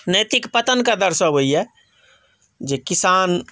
नैतिक पतनकेँ दर्शबैए जे किसान